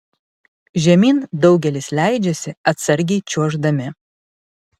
žemyn daugelis leidžiasi atsargiai čiuoždami